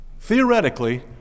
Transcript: Theoretically